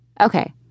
Okay